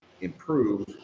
improve